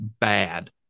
bad